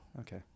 Okay